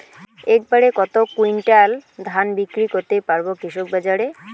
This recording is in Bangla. এক বাড়ে কত কুইন্টাল ধান বিক্রি করতে পারবো কৃষক বাজারে?